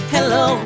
Hello